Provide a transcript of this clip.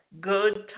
good